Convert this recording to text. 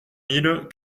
mille